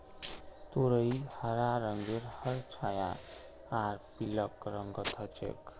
तुरई हरा रंगेर हर छाया आर पीलक रंगत ह छेक